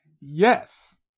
yes